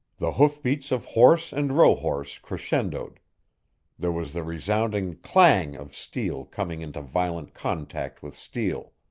the hoofbeats of horse and rohorse crescendoed there was the resounding clang! of steel coming into violent contact with steel.